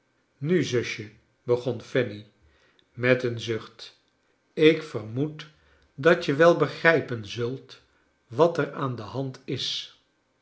nu zusje begon fanny met een zucht ik vermoed dat je wel begrijpen zult wat er aan de hand is